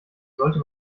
sollte